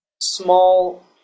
small